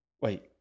Wait